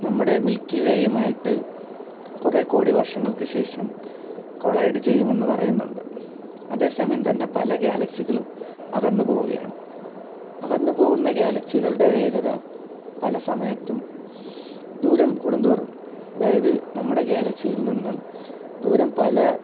നമ്മുടെ milky way യുമായിട്ട് കുറെ കോടി വർഷങ്ങൾക്ക് ശേഷം കൊളൈഡ് ചെയ്യുമെന്ന് പറയുന്നുണ്ട് അതേ സമയം തന്നെ പല ഗാലക്സികളും അകന്ന് പോവുകയാണ് അകന്ന് പോകുന്ന ഗാലക്സികളുടെ വേഗത പല സമയത്തും ദൂരം കൂടുന്തോറും അതായത് നമ്മുടെ ഗ്യാലക്സിയിൽ നിന്നും ദൂരം പല